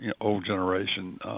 old-generation